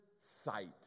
sight